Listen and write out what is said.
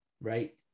right